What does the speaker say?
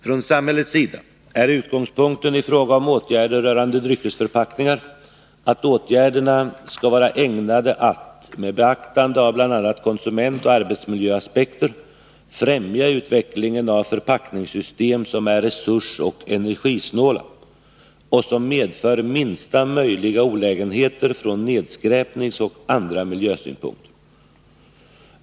Från samhällets sida är utgångspunkten i fråga om åtgärder rörande dryckesförpackningar att åtgärderna skall vara ägnade att — med beaktande av bl.a. konsumentoch arbetsmiljöaspekter — främja utvecklingen av förpackningssystem som är resursoch energisnåla och som medför minsta möjliga olägenheter från nedskräpningsoch andra miljösynpunkter.